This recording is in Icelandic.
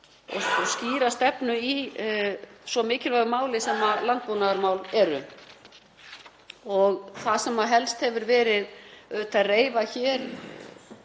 og skýra stefnu í svo mikilvægu málum sem landbúnaðarmál eru. Það sem helst hefur verið reifað hér